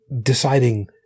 deciding